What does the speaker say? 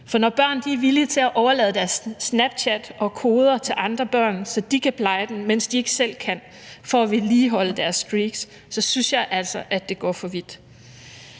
for når børn er villige til at overlade deres Snapchat og koder til andre børn, så de kan pleje den, mens de ikke selv kan, for at vedligeholde deres streaks, så synes jeg altså, at det går for vidt.